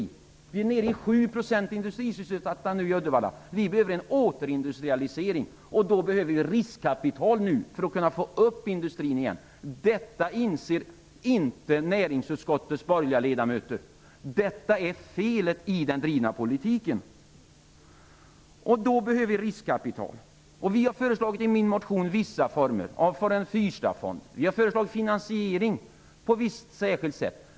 I Uddevalla är man nu nere på 7 % industrisysselsatta. Vi behöver en återindustrialisering. Det behövs riskkapital för att kunna få i gång industrin igen. Detta inser inte näringsutskottets borgerliga ledamöter. Det är felet i den drivna politiken. I min motion har vi kommit med vissa förslag. Vi har föreslagit en Fyrstadsfond. Vi har föreslagit att finanseringen skall ske på ett visst sätt.